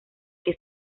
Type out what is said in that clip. que